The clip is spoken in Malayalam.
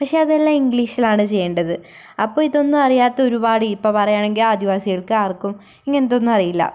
പക്ഷെ അതെല്ലാം ഇംഗ്ലീഷിലാണ് ചെയ്യേണ്ടത് അപ്പം ഇതൊന്നും അറിയാത്ത ഒരുപാട് ഇപ്പം പറയാണെങ്കിൽ ആദിവാസികൾക്ക് ആർക്കും ഇങ്ങനത്തെ ഒന്നും അറിയില്ല